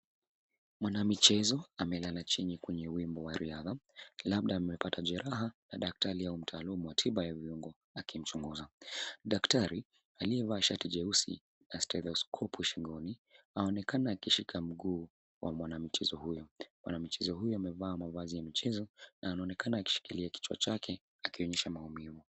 Mwanamichezo amelala chini kwenye wimbo wa riadha labda amepata jeraha na daktari au mtaalamu wa tiba au viungo akimchunguza. Daktari aliyevaa shati jeusi na stethoskopu shingoni aonekana akishika mguu wa mwanamichezo huyo. Mwanamichezo huyo amevaa mavazi ya michezo na anaonekana akishikilia kichwa chake akionyesha maumivu.